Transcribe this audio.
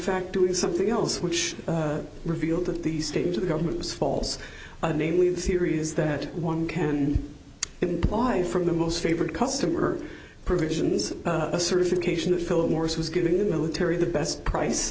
fact doing something else which revealed that the state into the government was falls namely the theory is that one can imply from the most favored customer provisions a certification that philip morris was giving the military the best price